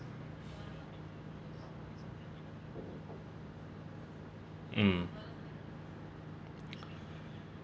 mm